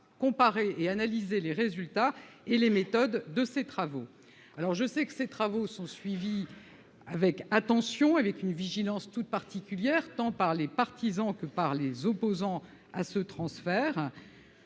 comparer et analyser les résultats et les méthodes de ces travaux, alors je sais que ces travaux sont suivis avec attention, avec une vigilance toute particulière, tant par les partisans que par les opposants à ce transfert,